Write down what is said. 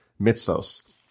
mitzvos